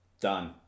Done